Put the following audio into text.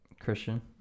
Christian